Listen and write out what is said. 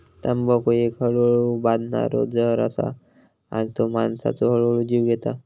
तंबाखू एक हळूहळू बादणारो जहर असा आणि तो माणसाचो हळूहळू जीव घेता